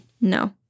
No